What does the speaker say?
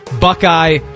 Buckeye